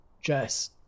Jess